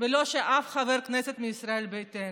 ולא של אף חבר כנסת מישראל ביתנו.